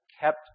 kept